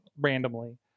randomly